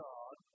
God